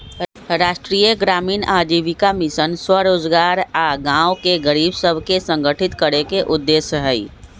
राष्ट्रीय ग्रामीण आजीविका मिशन स्वरोजगार आऽ गांव के गरीब सभके संगठित करेके उद्देश्य हइ